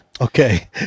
Okay